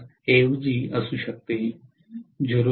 25 ऐवजी असू शकते 0